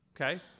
Okay